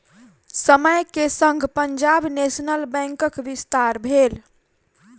समय के संग पंजाब नेशनल बैंकक विस्तार भेल